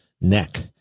neck